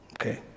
okay